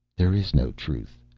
there is no truth,